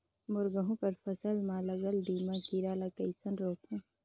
मोर गहूं कर फसल म लगल दीमक कीरा ला कइसन रोकहू?